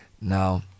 now